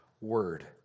word